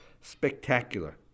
spectacular